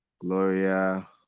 Gloria